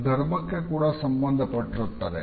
ಇದು ಗರ್ಭಕ್ಕೆ ಕೂಡ ಸಂಬಂಧ ಪಟ್ಟಿರುತ್ತದೆ